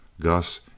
Gus